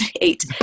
eight